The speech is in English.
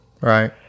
Right